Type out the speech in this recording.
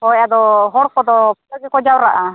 ᱦᱳᱭ ᱟᱫᱚ ᱦᱚᱲ ᱠᱚᱫᱚ ᱫᱚᱢᱮ ᱜᱮᱠᱚ ᱡᱟᱣᱨᱟᱜᱼᱟ